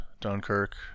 Dunkirk